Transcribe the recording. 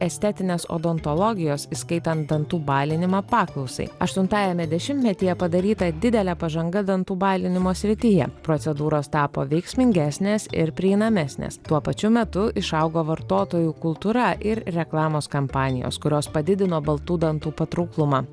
estetinės odontologijos įskaitant dantų balinimą paklausai aštuntajame dešimtmetyje padaryta didelė pažanga dantų balinimo srityje procedūros tapo veiksmingesnės ir prieinamesnės tuo pačiu metu išaugo vartotojų kultūra ir reklamos kampanijos kurios padidino baltų dantų patrauklumą